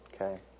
Okay